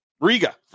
riga